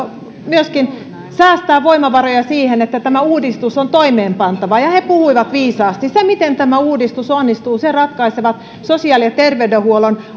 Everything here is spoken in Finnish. myöskin säästää voimavaroja siihen että tämä uudistus on toimeenpantava he puhuivat viisaasti sen miten tämä uudistus onnistuu ratkaisevat sosiaali ja terveydenhuollon